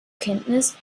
kenntnis